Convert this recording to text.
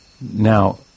Now